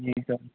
जी sir